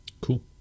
Cool